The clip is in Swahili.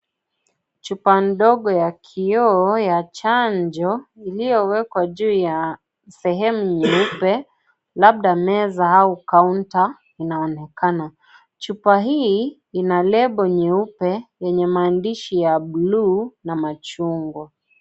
Chupa ndogo ya kioo ya chanjo iliyowekwa juu ya sehemu nyeupe labda meza au counter inaonekana. Chupa hii ina lebo nyeupe yenye maandishi ya blue na machungwa.